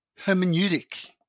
hermeneutic